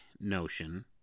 notion